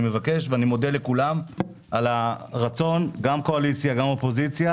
אני מבקש ומודה לכולם על הרצון גם קואליציה וגם אופוזיציה,